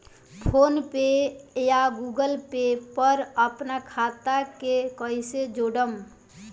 PhonePe या Google Pay पर अपना खाता के कईसे जोड़म?